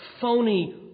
phony